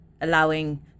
allowing